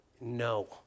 No